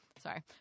Sorry